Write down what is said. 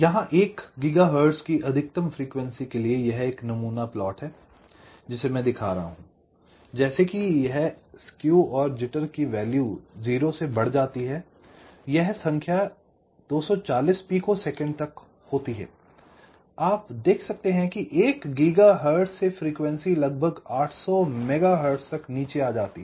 यहां 1 गीगाहर्ट्ज़ की अधिकतम फ्रीक्वेंसी के लिए यह एक नमूना प्लॉट है जिसे मैं दिखा रहा हूं जैसे कि यह स्केव और जिटर की वैल्यू 0 से बढ़ जाती है यह संख्या 240 पिकोसेकंड तक होती है आप देख सकते हैं कि 1 गीगाहर्ट्ज़ से फ्रीक्वेंसी लगभग 800 मेगाहर्ट्ज़ तक नीचे आ जाती है